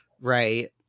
right